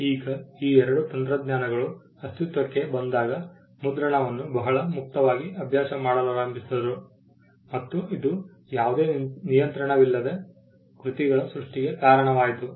ಈಗ ಈ ಎರಡು ತಂತ್ರಜ್ಞಾನಗಳು ಅಸ್ತಿತ್ವಕ್ಕೆ ಬಂದಾಗ ಮುದ್ರಣವನ್ನು ಬಹಳ ಮುಕ್ತವಾಗಿ ಅಭ್ಯಾಸ ಮಾಡಲಾರಂಭಿಸಿದರು ಮತ್ತು ಇದು ಯಾವುದೇ ನಿಯಂತ್ರಣವಿಲ್ಲದೆ ಕೃತಿಗಳ ಸೃಷ್ಟಿಗೆ ಕಾರಣವಾಯಿತು